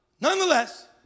nonetheless